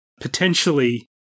potentially